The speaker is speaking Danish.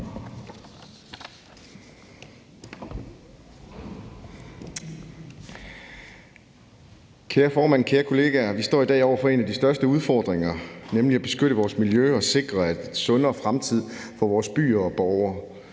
Kære formand, kære kolleger. Vi står i dag over for en af de største udfordringer, nemlig at beskytte vores miljø og sikre en sundere fremtid for vores byer og borgere.